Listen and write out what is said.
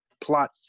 plot